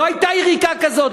לא הייתה יריקה כזאת.